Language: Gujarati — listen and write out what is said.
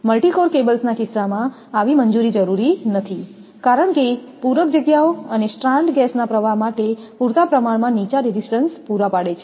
મલ્ટી કોર કેબલ્સના કિસ્સામાં આવી મંજૂરી જરૂરી નથી કારણ કે પૂરક જગ્યાઓ અને સ્ટ્રાન્ડ ગેસના પ્રવાહ માટે પૂરતા પ્રમાણમાં નીચા રેઝિસ્ટન્સ પૂરું પાડે છે